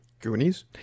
Goonies